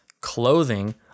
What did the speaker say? clothing